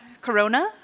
Corona